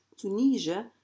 Tunisia